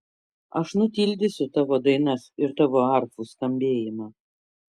aš nutildysiu tavo dainas ir tavo arfų skambėjimą